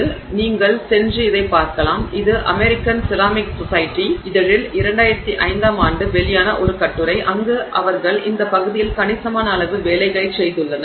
எனவே நீங்கள் சென்று இதைப் பார்க்கலாம் இது அமெரிக்கன் செராமிக் சொசைட்டி x இதழில் 2005 ஆம் ஆண்டு வெளியான ஒரு கட்டுரை அங்கு அவர்கள் இந்த பகுதியில் கணிசமான அளவு வேலைகளைச் செய்துள்ளனர்